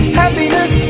happiness